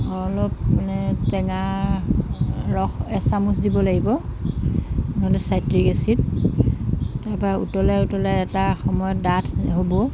অলপ মানে টেঙা ৰস এচামুচ দিব লাগিব নহ'লে চাইট্ৰিক এচিড তাৰপৰা উতলাই উতলাই এটা সময়ত ডাঠ হ'ব